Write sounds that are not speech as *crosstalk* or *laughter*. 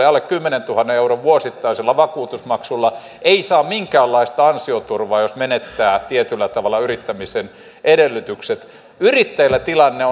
*unintelligible* alle kymmenentuhannen euron vuosittaisella vakuutusmaksulla ei saa minkäänlaista ansioturvaa jos menettää tietyllä tavalla yrittämisen edellytykset yrittäjillä tilanne *unintelligible*